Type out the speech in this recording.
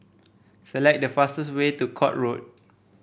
select the fastest way to Court Road